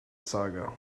saga